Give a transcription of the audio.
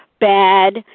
bad